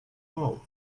all